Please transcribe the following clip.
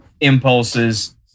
impulses